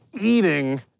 eating